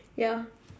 ya